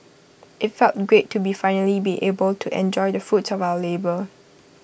IT felt great to finally be able to enjoy the fruits of our labour